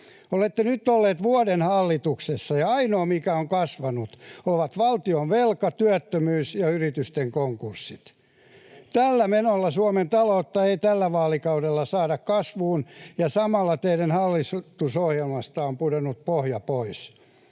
Olette nyt olleet vuoden hallituksessa, ja ainoat, mitkä ovat kasvaneet, ovat valtionvelka, työttömyys ja yritysten konkurssit. Tällä menolla Suomen taloutta ei tällä vaalikaudella saada kasvuun, ja samalla teidän hallitusohjelmaltanne on pudonnut pohja pois,